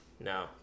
no